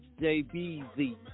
Jbz